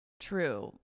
True